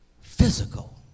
physical